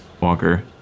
Walker